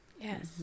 Yes